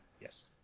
Yes